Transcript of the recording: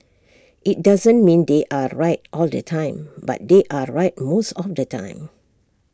IT doesn't mean they are right all the time but they are right most of the time